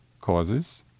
causes